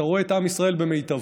אתה רואה את עם ישראל במיטבו.